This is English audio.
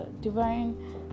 divine